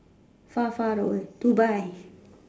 far far away to buy